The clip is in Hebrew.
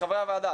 חברי הוועדה,